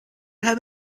have